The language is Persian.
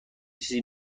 چیزی